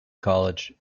college